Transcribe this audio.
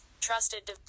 Trusted